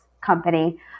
company